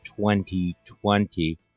2020